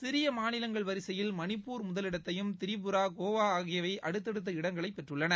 சிறிய மாநிலங்கள் வரிசையில் மணிப்பூர் முதலிடத்தையும் திரிபுரா கோவா ஆகியவை அடுத்தடுத்த இடங்களையும் பெற்றுள்ளன